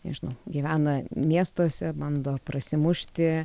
nežinau gyvena miestuose bando prasimušti